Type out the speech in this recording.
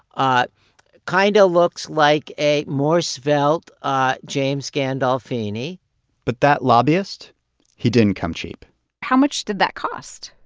ah kind of looks like a more svelte ah james gandolfini but that lobbyist he didn't come cheap how much did that cost?